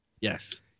yes